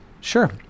Sure